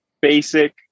basic